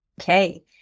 Okay